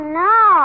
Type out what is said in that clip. no